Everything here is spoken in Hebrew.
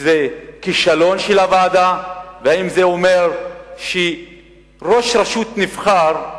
שזה כישלון של הוועדה והאם זה אומר שראש רשות נבחר,